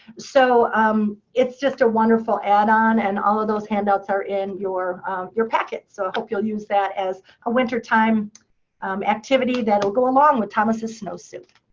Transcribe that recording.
so um it's just a wonderful add-on, and and all of those handouts are in your your packet. so i hope you'll use that as a winter time activity that will go along with thomas's snowsuit.